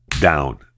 down